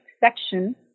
section